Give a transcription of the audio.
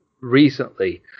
recently